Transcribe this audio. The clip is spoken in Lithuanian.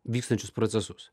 vykstančius procesus